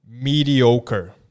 mediocre